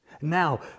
Now